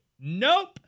Nope